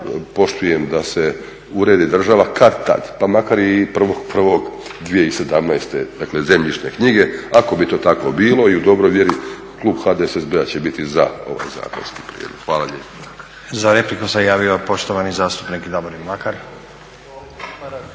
poštujem da se uredi država kad-tad pa makar i 1.1.2017., dakle zemljišne knjige ako bi to tako bilo. I u dobroj vjeri klub HDSSB-a će biti za ovaj zakonski prijedlog. Hvala lijepa. **Stazić, Nenad (SDP)** Za repliku se javio poštovani zastupnik Davorin Mlakar.